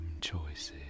choices